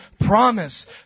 promise